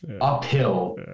uphill